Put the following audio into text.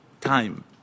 time